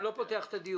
אתה לא פותח את הדיון.